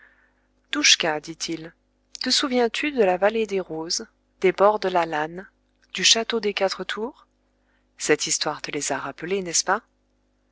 douschka dit-il te souviens-tu de la vallée des roses des bords de la lahn du château des quatre tours cette histoire te les a rappelés n'est-ce pas